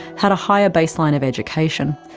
had a higher baseline of education,